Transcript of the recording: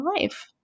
life